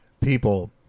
people